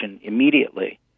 immediately